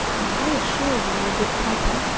and i assure you, my good piper,